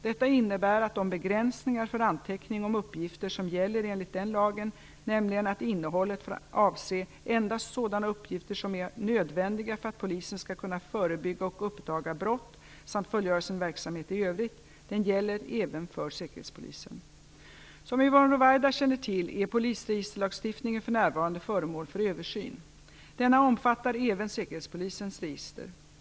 Detta innebär att de begränsningar för anteckning om uppgifter som gäller enligt den lagen - nämligen att innehållet får avse endast sådana uppgifter som är nödvändiga för att polisen skall kunna förebygga och uppdaga brott samt fullgöra sin verksamhet i övrigt - gäller även för säkerhetspolisen. Som Yvonne Ruwaida känner till är polisregisterlagstiftningen för närvarande föremål för översyn. Denna omfattar även säkerhetspolisens register.